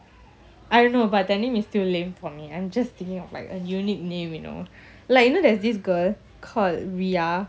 I don't know but the name is still lame for me I'm just thinking of like a unique name you know like you know there's this girl called ria